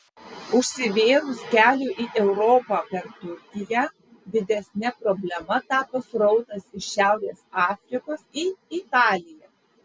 užsivėrus keliui į europą per turkiją didesne problema tapo srautas iš šiaurės afrikos į italiją